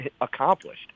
accomplished